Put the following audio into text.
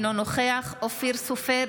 אינו נוכח אופיר סופר,